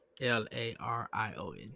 L-A-R-I-O-N